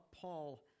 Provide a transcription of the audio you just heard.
Paul